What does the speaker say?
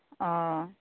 ᱚ